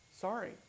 Sorry